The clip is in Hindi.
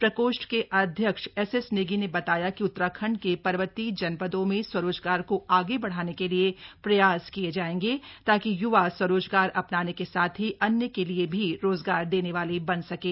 प्रकोष्ठ के अध्यक्ष एसएस नेगी ने बताया कि उत्तराखण्ड के पर्वतीय जनपदों में स्वरोजगार को आगे बढ़ाने के लिये प्रयास किये जायेंगे ताकि यूवा स्वरोजगार अपनाने के साथ ही अन्य के लिये भी रोजगार देने वाले बन सकें